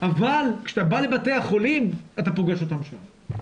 אבל כשאתה בא לבתי החולים אתה פוגש אותם שם.